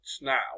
now